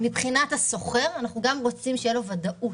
אנחנו רוצים שלשוכר תהיה ודאות,